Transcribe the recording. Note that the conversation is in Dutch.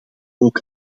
ook